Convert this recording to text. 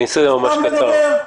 עוד פעם לדבר?